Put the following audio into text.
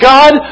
God